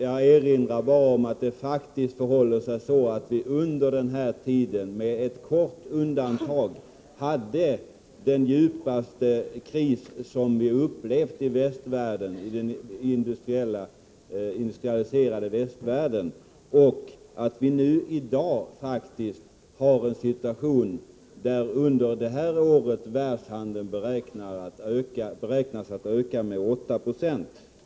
Jag erinrar om att det faktiskt förhåller sig så att hela den industrialiserade västvärlden under denna tid, med ett kort undantag, genomgick den djupaste kris man dittills upplevt och att situationen i dag faktiskt är den att världshandeln under detta år beräknas öka med 8 Zo.